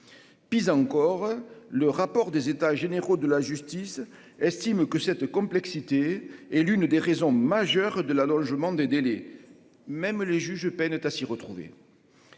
pizza encore le rapport des états généraux de la justice estime que cette complexité et l'une des raisons majeures de l'allongement des délais, même les juges peinait à s'y retrouver.